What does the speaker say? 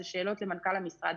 אלה שאלות למנכ"ל המשרד.